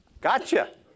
gotcha